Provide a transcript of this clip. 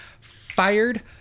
Fired